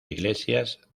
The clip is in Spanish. iglesias